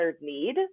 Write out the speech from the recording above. need